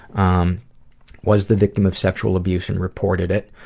um was the victim of sexual abuse and reported it.